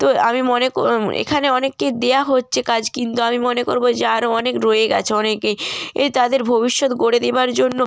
তো আমি মনে করি এখানে অনেককেই দেয়া হচ্ছে কাজ কিন্তু আমি মনে করবো যে আরো অনেক রয়ে গেছে অনেকেই এ তাদের ভবিষ্যৎ গড়ে দেবার জন্য